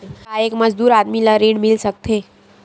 का एक मजदूर आदमी ल ऋण मिल सकथे?